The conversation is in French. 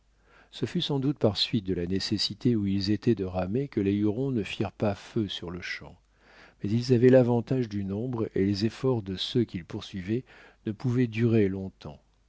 ce fut sans doute par suite de la nécessité où ils étaient de ramer que les hurons ne firent pas feu sur-le-champ mais ils avaient l'avantage du nombre et les efforts de ceux qu'ils poursuivaient ne pouvaient durer longtemps